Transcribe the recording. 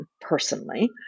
personally